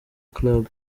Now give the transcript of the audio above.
club